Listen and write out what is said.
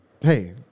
hey